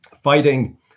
fighting